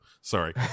Sorry